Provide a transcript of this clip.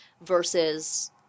versus